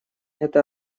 это